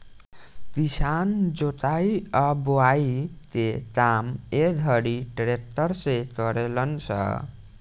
किसान जोताई आ बोआई के काम ए घड़ी ट्रक्टर से करेलन स